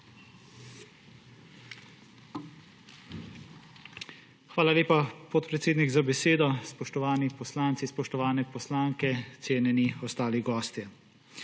Hvala lepa, podpredsednik, za besedo. Spoštovani poslanci, spoštovane poslanke, cenjeni ostali gostje!